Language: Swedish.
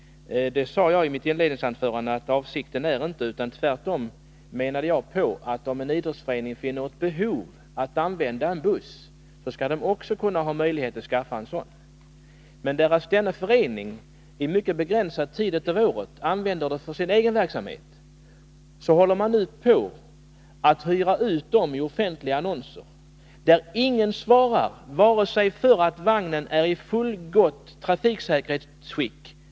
Jag sade i mitt inledningsanförande att avsikten inte är denna, utan tvärtom menar jag att om en idrottsförening finner ett behov av att använda en buss, så skall den också ha möjlighet att skaffa en sådan. Eftersom föreningen under en mycket begränsad tid av året använder bussen för sin egen verksamhet, hyrs den ut i offentliga annonser, trots att ingen svarar för att vagnen är i fullgott trafiksäkerhetsskick.